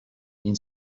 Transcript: این